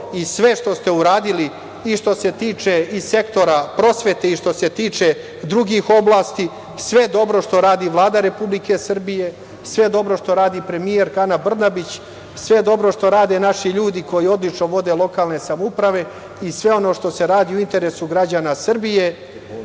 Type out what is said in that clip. i sve što ste uradili i što se tiče sektora prosvete i što se tiče drugih oblasti. Sve je dobro što radi Vlada Republike Srbije, sve je dobro što radi premijerka Ana Brnabić, sve je dobro što rade naši ljudi koji odlično vode lokalne samouprave i sve ono što se radi u interesu građana Srbije,